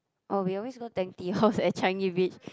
oh we always go Tang-Tea-House at Changi-Beach